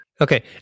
Okay